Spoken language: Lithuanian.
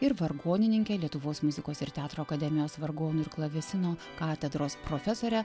ir vargonininkė lietuvos muzikos ir teatro akademijos vargonų ir klavesino katedros profesorė